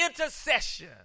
intercession